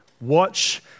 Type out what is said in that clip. Watch